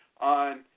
on